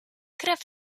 krew